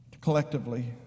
Collectively